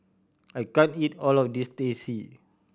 I can't eat all of this Teh C